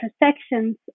intersections